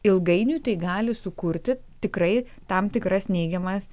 ilgainiui tai gali sukurti tikrai tam tikras neigiamas